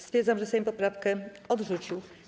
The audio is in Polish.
Stwierdzam, że Sejm poprawkę odrzucił.